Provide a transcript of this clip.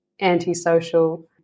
antisocial